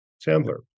Chandler